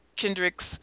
Kendrick's